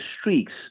streaks